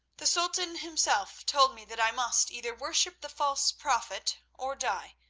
the sultan himself told me that i must either worship the false prophet or die,